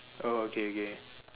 oh okay okay